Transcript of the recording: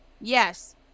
Yes